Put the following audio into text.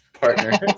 partner